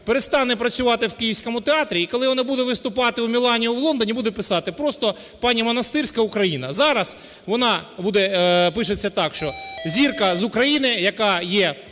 перестане працювати в київському театрі і коли вона буде виступати у Мілані, у Лондоні, будуть писати просто пані Монастирська, Україна. Зараз вона пишеться так, що зірка з України, яка є